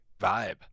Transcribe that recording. vibe